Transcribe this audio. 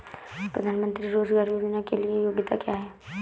प्रधानमंत्री रोज़गार योजना के लिए योग्यता क्या है?